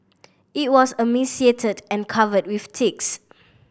it was emaciated and covered with ticks